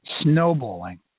snowballing